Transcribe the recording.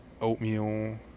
oatmeal